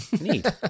Neat